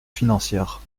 financières